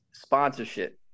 Sponsorship